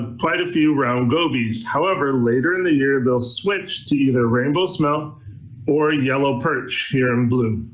quite a few round gobies. however, later in the year they'll switch to either rainbow smelt or yellow perch, here in blue.